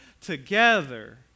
together